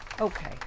okay